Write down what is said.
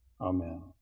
Amen